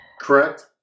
Correct